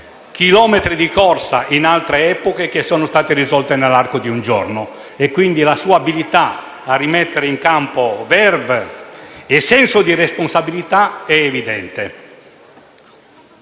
chilometri di corsa che, in altre epoche, sono state risolti nell'arco di giorni. La sua abilità a rimettere in campo *verve* e senso di responsabilità è evidente.